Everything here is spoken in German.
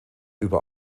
über